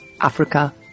Africa